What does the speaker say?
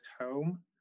home